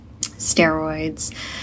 steroids